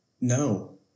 No